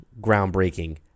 groundbreaking